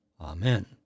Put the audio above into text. Amen